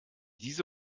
diese